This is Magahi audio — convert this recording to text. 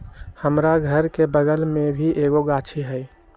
हमरा घर के बगल मे भी एगो गाछी हई